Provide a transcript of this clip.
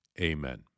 Amen